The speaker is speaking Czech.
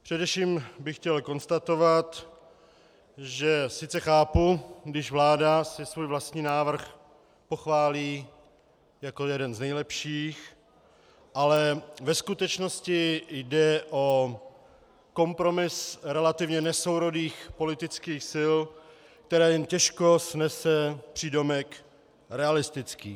Především bych chtěl konstatovat, že sice chápu, když si vláda svůj vlastní návrh pochválí jako jeden z nejlepších, ale ve skutečnosti jde o kompromis relativně nesourodých politických sil, který jen těžko snese přídomek realistický.